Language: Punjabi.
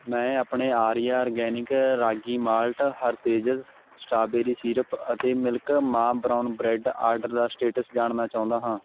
ਮੈਂ ਆਪਣੇ Arya organic ragi malt Hershey's strawberry syrup ਅਤੇ ਮਿਲਕ ਮਾ ਬ੍ਰਾਊਨ ਬਰੈੱਡ ਆਰਡਰ ਦਾ ਸਟੇਟਸ ਜਾਣਨਾ ਚਾਹੁੰਦਾ ਹਾਂ